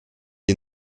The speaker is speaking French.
est